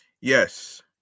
yes